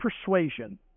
persuasion